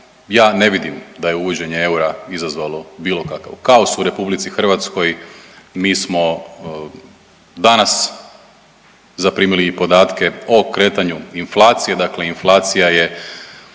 Ja ne vidim da je uvođenje eura izazvalo bilo kakav kaos u RH, mi smo danas zaprimili i podatke o kretanju inflacije, dakle inflacija je